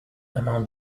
among